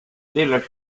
della